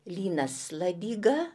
linas ladiga